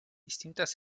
distintas